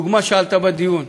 דוגמה שעלתה בדיון: